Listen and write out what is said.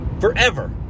Forever